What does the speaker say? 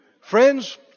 Friends